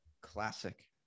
classic